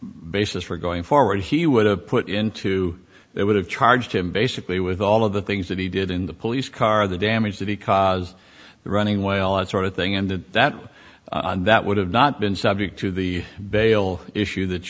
basis for going forward he would have put into it would have charged him basically with all of the things that he did in the police car the damage to be cause the running way on sort of thing and that that would have not been subject to the bail issue that